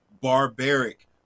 barbaric